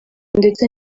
ndetse